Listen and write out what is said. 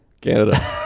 Canada